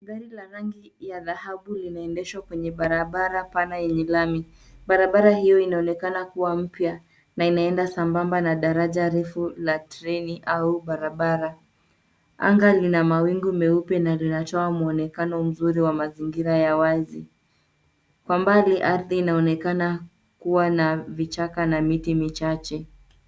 Gari la rangi ya dhahabu linaendeshwa penye barabara pana yenya lami. Barabara hiyo inaonekana kuwa mpya na inaenda sambamba na daraja refu la treni au barabara. Anga lina mawingu meupe na linatoa mwonekano mzuri wa mazingira ya wazi, kwa mbali ardhi inaonekana kuwa na vichaka na miti michache.